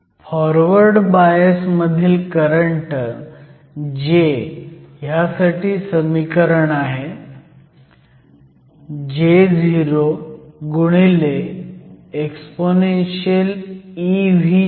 forward bias मधील current J साठी समीकरण आहे JoexpevkT 1